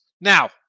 Now